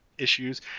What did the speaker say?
issues